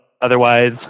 otherwise